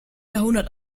jahrhundert